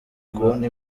kubona